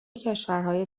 کشورهای